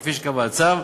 כפי שקבע הצו.